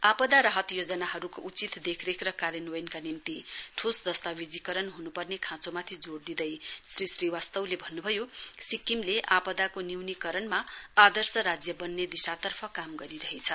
आपदा राहत योजनाहरूको उचित देखरेख र कार्यान्वयनका निम्ति ठोस दस्तावेजीकरण हुनुपर्ने खाँचोमाथि जोड दिँदै श्री श्रीवास्तवले भन्नुभयो सिक्किमले आपदाको न्यूनीकरण आदर्श राज्य बन्ने दिशातर्फ काम गरिरहेछ